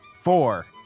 Four